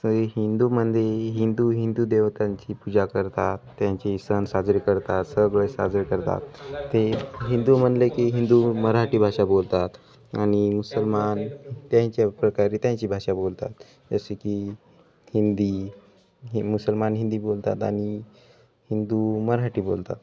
सगळे हिंदूमध्ये हिंदू हिंदू देवतांची पूजा करतात त्यांचे सण साजरे करतात सगळे साजरे करतात ते हिंदू म्हटले की हिंदू मराठी भाषा बोलतात आणि मुसलमान त्यांच्या प्रकारे त्यांची भाषा बोलतात जसे की हिंदी ही मुसलमान हिंदी बोलतात आणि हिंदू मराठी बोलतात